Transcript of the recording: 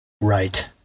Right